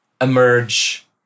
emerge